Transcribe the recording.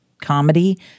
comedy